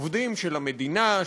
עובדים של המדינה,